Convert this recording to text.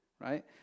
right